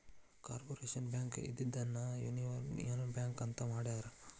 corporation Bank ಇದ್ದಿದ್ದನ್ನ Union Bank ಅಂತ ಮಾಡ್ಯಾರ